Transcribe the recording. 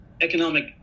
economic